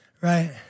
right